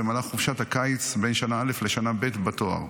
במהלך חופשת הקיץ בין שנה א' לשנה ב' בתואר.